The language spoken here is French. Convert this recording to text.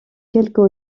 quelques